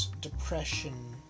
depression